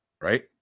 Right